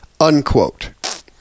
unquote